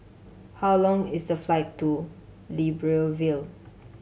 how long is the flight to Libreville